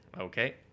Okay